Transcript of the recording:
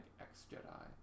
ex-jedi